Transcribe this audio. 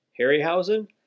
Harryhausen